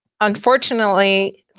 unfortunately